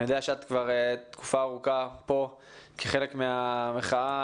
אני יודע שתקופה ארוכה את כאן כחלק מהמחאה